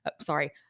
Sorry